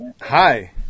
Hi